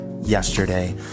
yesterday